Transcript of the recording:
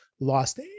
lost